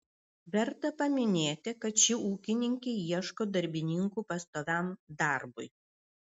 verta paminėti kad ši ūkininkė ieško darbininkų pastoviam darbui